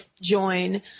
join